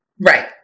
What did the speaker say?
Right